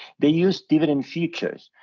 they used dividend futures,